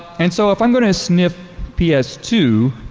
and so if i'm going to snip p s two,